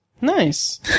Nice